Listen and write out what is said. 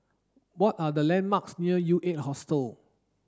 what are the landmarks near U eight Hostel